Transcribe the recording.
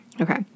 okay